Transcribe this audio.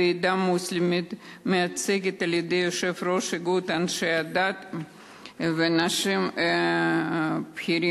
והעדה המוסלמית מיוצגת על-ידי יושב-ראש איגוד אנשי הדת ואנשים בכירים.